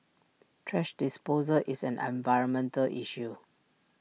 thrash disposal is an environmental issue